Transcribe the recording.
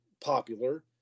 popular